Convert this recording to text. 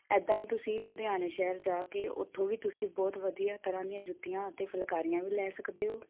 ਇੱਦਾਂ ਹੀ ਤੁਸੀਂ ਲੁਧਿਆਣੇ ਸ਼ਹਿਰ ਜਾ ਕੇ ਉੱਥੋਂ ਵੀ ਤੁਸੀਂ ਬਹੁਤ ਵਧੀਆ ਤਰ੍ਹਾਂ ਦੀਆਂ ਜੁੱਤੀਆਂ ਅਤੇ ਫੁਲਕਾਰੀਆਂ ਵੀ ਲੈ ਸਕਦੇ ਹੋ